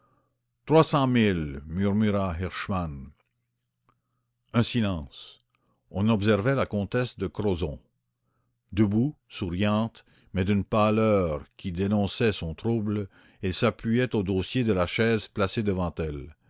murmura herschmann un silence on observait la comtesse de crozon debout souriante mais d'une pâleur qui dénonçait son trouble elle s'appuyait au dossier de la chaise placée devant elle